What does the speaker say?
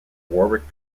warwick